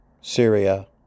Syria